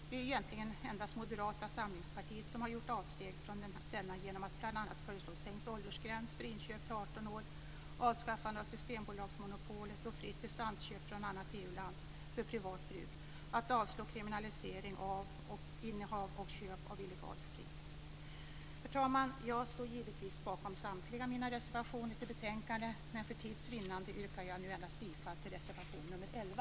Det är egentligen endast Moderata samlingspartiet som har gjort stora avsteg från denna politik genom att bl.a. föreslå sänkt åldersgräns för inköp till 18 år, ett avskaffande av Systembolagsmonopolet och fritt distansköp från annat EU-land för privat bruk och att förslaget om kriminalisering av innehav och köp av illegal sprit avslås. Herr talman! Jag står givetvis bakom samtliga mina reservationer till betänkandet, men för tids vinnande yrkar jag bifall endast till reservation nr 11.